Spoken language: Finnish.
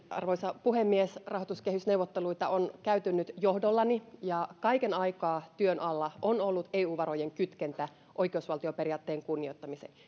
arvoisa puhemies rahoituskehysneuvotteluita on käyty nyt johdollani ja kaiken aikaa työn alla on ollut eu varojen kytkentä oikeusvaltioperiaatteen kunnioittamiseen